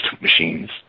machines